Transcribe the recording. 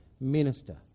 minister